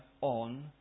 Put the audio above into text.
on